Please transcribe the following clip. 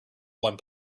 one